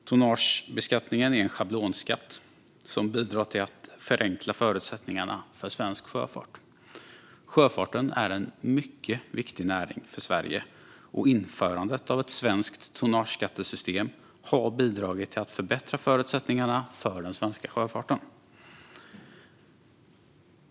Tonnagebeskattningen är en schablonskatt som bidrar till att förenkla förutsättningarna för svensk sjöfart. Sjöfarten är en mycket viktig näring för Sverige, och införandet av ett svenskt tonnageskattesystem har bidragit till att förbättra förutsättningarna för den svenska sjöfarten.